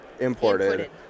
imported